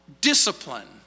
discipline